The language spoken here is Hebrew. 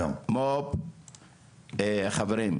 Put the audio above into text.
חברים,